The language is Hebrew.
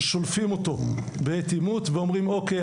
ששולפים אותו בעת עימות ואומרים: אוקיי,